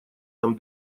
нам